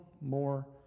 more